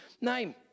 name